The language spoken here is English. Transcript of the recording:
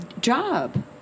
job